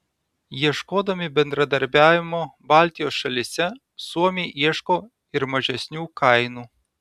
ieškodami bendradarbiavimo baltijos šalyse suomiai ieško ir mažesnių kainų